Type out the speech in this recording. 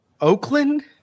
Oakland